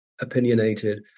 opinionated